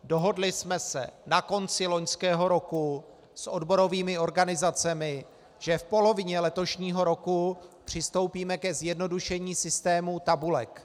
Dohodli jsme se na konci loňského roku s odborovými organizacemi, že v polovině letošního roku přistoupíme k zjednodušení systému tabulek.